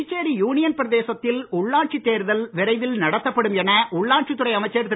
Puducherry union பிரதேசத்தில் உள்ளாட்சித் தேர்தல் விரைவில் நடத்தப்படும் என உள்ளாட்சித்துறை அமைச்சர் திரு